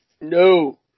No